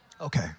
okay